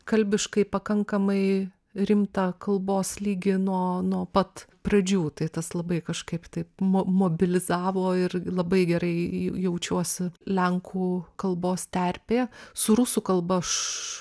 kalbiškai pakankamai rimtą kalbos lygį nuo nuo pat pradžių tai tas labai kažkaip taip mobilizavo ir labai gerai jaučiuosi lenkų kalbos terpėje su rusų kalba aš